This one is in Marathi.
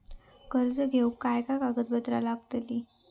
कर्ज घेऊक काय काय कागदपत्र लागतली?